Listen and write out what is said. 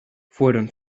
fueron